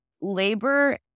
labor